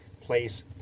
place